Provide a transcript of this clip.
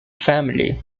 family